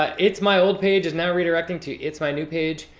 but itsmyoldpage is now redirecting to itsmynewpage.